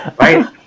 right